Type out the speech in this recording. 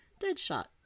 Deadshot